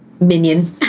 Minion